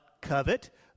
covet